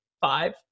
five